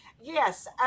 Yes